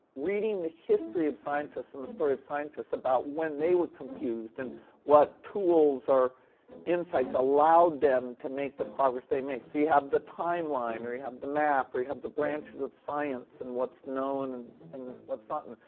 reading the history of scientists and the story of scientists about when they were confused and what tools or insights allowed them to make the progress they make. so have the timeline, or you have the map, or you have the branches of science and what's known and what's not known.